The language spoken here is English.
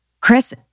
Chris